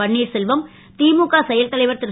பன்னீர்செல்வம் முக செயல்தலைவர் ரு